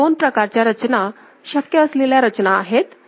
तर ह्या दोन प्रकारच्या शक्य असलेल्या रचना आहेत